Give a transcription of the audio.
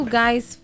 guys